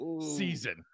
season